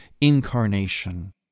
incarnation